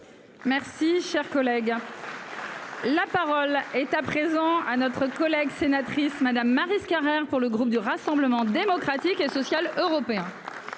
Merci cher collègue. La parole est à présent un autre collègue sénatrice Madame Maryse Carrère pour le groupe du Rassemblement démocratique et social européen.--